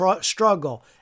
struggle